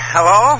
Hello